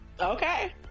Okay